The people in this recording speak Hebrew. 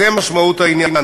זו משמעות העניין.